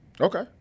Okay